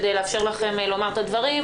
כדי לאפשר לכם לומר את הדברים,